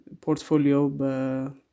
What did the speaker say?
portfolio